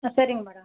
சரிங்க மேடம்